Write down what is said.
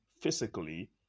physically